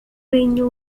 regno